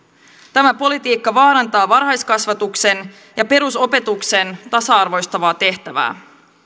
tämä politiikka vaarantaa varhaiskasvatuksen ja perusopetuksen tasa arvoistavaa tehtävää